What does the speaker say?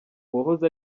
uwahoze